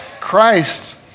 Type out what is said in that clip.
Christ